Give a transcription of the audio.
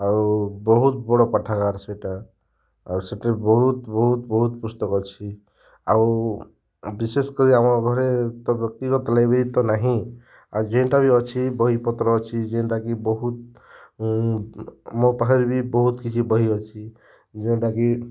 ଆଉ ବହୁତ ବଡ଼ ପାଠାଗାର ସେଇଟା ଆଉ ସେଇଠି ବହୁତ ବହୁତ ବହୁତ ପୁସ୍ତକ ଅଛି ଆଉ ବିଶେଷ କରି ଆମ ଘରେ ତ ବ୍ୟକ୍ତିଗତ ଲାଇବ୍ରେରୀ ତ ନାହିଁ ଆଉ ଯେନ୍ଟା ବି ଅଛି ବହିପତ୍ର ଅଛି ଯେନ୍ଟା କି ବହୁତ ମୋ ପାଖରେ ବି ବହୁତ କିଛି ବହି ଅଛି ଯେନ୍ଟା କି